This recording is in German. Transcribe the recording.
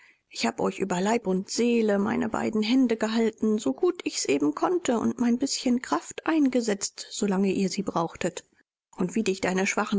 ich hab euch über leib und seele meine beiden hände gehalten so gut ich's eben konnte und mein bißchen kraft eingesetzt solange ihr sie brauchtet und wie dich deine schwachen